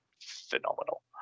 phenomenal